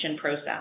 process